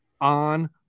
on